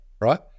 right